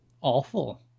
Awful